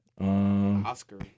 Oscar